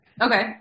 Okay